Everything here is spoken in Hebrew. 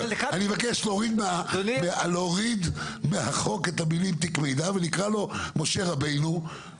אני אבקש להוריד מהחוק את המילים תיק מידע ונקרא לו משה רבנו,